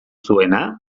zuena